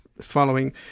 following